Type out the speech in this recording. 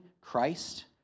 Christ